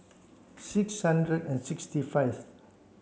six hundred and sixty five